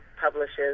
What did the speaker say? publishes